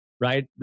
Right